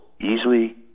easily